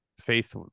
faith